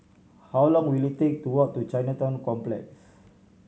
how long will it take to walk to Chinatown Complex